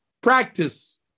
practice